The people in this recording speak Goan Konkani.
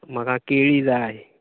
म्हाका केळीं जाय